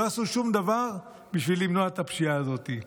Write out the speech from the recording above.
לא עשו שום דבר בשביל למנוע את הפשיעה הזאת,